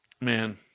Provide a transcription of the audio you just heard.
man